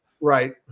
Right